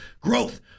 growth